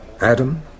Adam